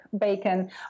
bacon